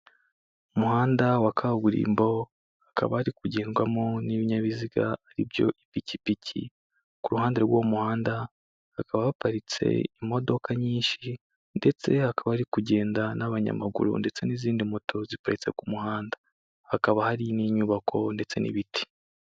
Umuhanda wa kaburimbo, ukaba hari kugendwamo n'ibinyabiziga, aribyo ipikipiki ku ruhande rw'umuhanda hakaba haparitse imodoka nyinshi, ndetse hakaba ari kugenda n'abanyamaguru ndetse n'izindi moto ziparitse ku muhanda. Hakaba hari n'inyubako ndetse n'ibiti.